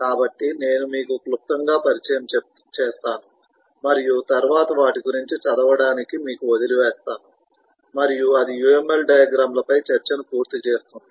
కాబట్టి నేను మీకు క్లుప్తంగా పరిచయం చేస్తాను మరియు తరువాత వాటి గురించి చదవడానికి మీకు వదిలివేస్తాను మరియు అది UML డయాగ్రమ్ లపై చర్చను పూర్తి చేస్తుంది